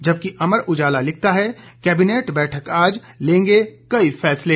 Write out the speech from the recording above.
जबकि अमर उजाला लिखता है कैबिनेट बैठक आज लेंगे कई फैसले